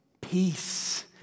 Peace